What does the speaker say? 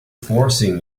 forcing